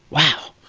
wow!